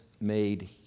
made